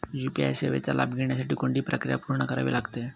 UPI सेवेचा लाभ घेण्यासाठी कोणती प्रक्रिया पूर्ण करावी लागते?